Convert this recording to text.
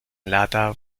lata